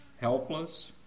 helpless